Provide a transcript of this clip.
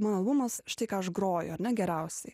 mano albumas štai ką aš groju ar ne geriausiai